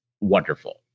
wonderful